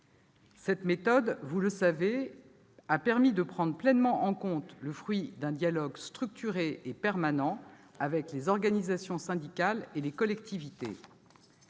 Cette méthode, vous le savez, a permis de prendre pleinement en compte le fruit d'un dialogue structuré et permanent avec les organisations syndicales et les collectivités.